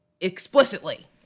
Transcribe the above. explicitly